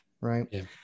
right